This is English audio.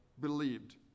believed